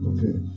Okay